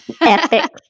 Epic